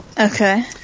Okay